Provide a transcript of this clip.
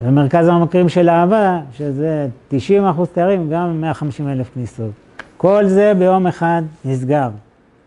במרכז המבקרים של אהבה, שזה 90 אחוז תיירים, גם 150 אלף כניסות. כל זה ביום אחד נסגר.